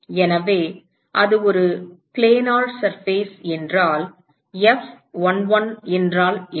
எனவே அது ஒரு பிளானர் மேற்பரப்பு என்றால் F11 என்றால் என்ன